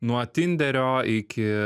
nuo tinderio iki